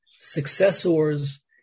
successor's